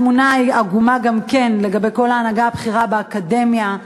התמונה עגומה גם בכל ההנהגה הבכירה באקדמיה,